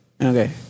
Okay